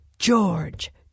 George